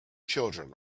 children